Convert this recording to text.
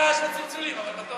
עם רעש וצלצולים, אבל בטוב